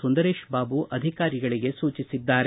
ಸುಂದರೇಶಬಾಬು ಅಧಿಕಾರಿಗಳಿಗೆ ಸೂಚಿಸಿದ್ದಾರೆ